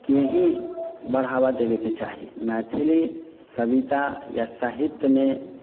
के ही बढ़ावा देबैके चाही मैथिली कविता या साहित्यमे